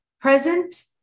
Present